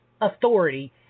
authority